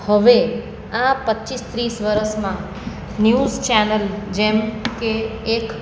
હવે આ પચીસ ત્રીસ વરસમાં ન્યૂઝ ચેનલ જેમ કે એક